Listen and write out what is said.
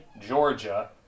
Georgia